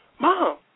Mom